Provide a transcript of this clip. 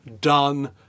done